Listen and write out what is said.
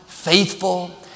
Faithful